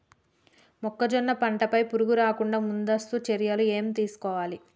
మొక్కజొన్న పంట పై పురుగు రాకుండా ముందస్తు చర్యలు ఏం తీసుకోవాలి?